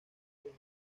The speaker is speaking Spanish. desde